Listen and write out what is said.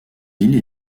villes